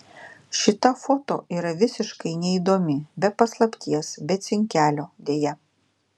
šita foto yra visiškai neįdomi be paslapties be cinkelio deja